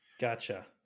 Gotcha